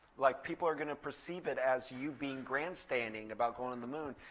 like people are going to perceive it as you being grandstanding about going on the moon.